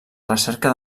recerca